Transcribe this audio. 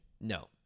No